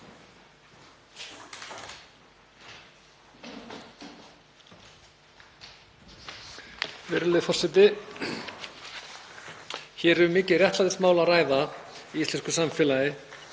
Virðulegi forseti. Hér er um mikið réttlætismál að ræða í íslensku samfélagi,